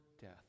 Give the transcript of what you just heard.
death